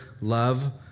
love